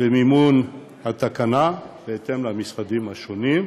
מימון התקנה, בהתאם למשרדים השונים,